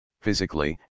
physically